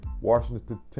Washington